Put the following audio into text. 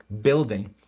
building